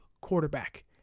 quarterback